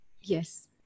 Yes